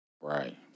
Right